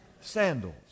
sandals